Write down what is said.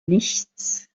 nichts